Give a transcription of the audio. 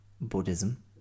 buddhism